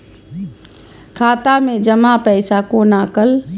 खाता मैं जमा पैसा कोना कल